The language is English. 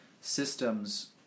systems